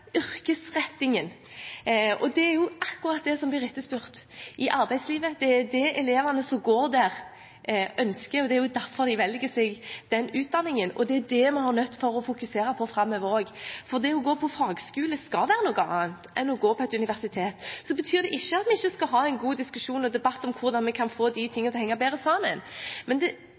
yrkesrettingen, og det er jo akkurat det som blir etterspurt i arbeidslivet. Det er det elevene som går der, ønsker, og det er derfor de velger den utdanningen. Det er det vi er nødt til å fokusere på framover også, for det å gå på fagskole skal være noe annet enn å gå på et universitet. Det betyr ikke at vi ikke skal ha en god diskusjon og debatt om hvordan vi kan få de tingene til å henge bedre sammen, men det